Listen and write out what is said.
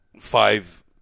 five